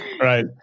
Right